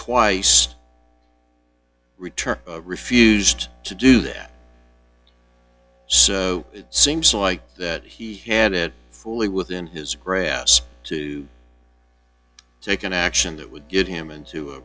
twice returned refused to do that so it seems like that he had it fully within his grasp to take an action that would get him into a